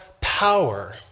power